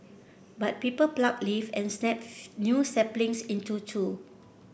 but people pluck leaves and snap new saplings into two